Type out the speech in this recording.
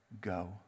go